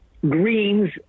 greens